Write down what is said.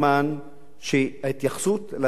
שההתייחסות לאזרחים הערבים תשתנה,